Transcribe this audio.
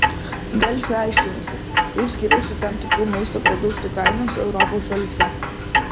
delfi aiškinasi kaip skiriasi tam tikrų maisto produktų kainos europos šalyse